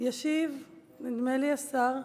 ישיב, נדמה לי, השר,